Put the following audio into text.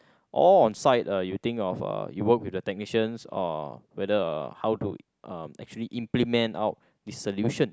or on site uh you think of uh you work with the technicians or whether how to uh actually implement out the solution